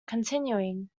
continuing